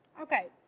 Okay